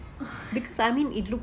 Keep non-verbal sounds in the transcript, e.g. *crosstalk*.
*laughs*